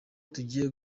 tugiye